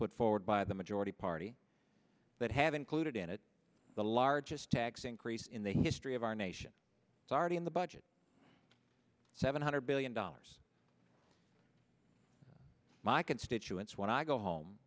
put forward by the majority party that have included in it the largest tax increase in the history of our nation it's already in the budget seven hundred billion dollars my constituents when i go home